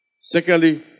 Secondly